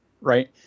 Right